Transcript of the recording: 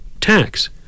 tax